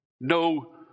no